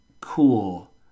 cool